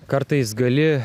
kartais gali